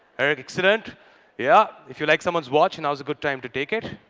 excellent. yeah? if you like someone's watch, now is a good time to take it.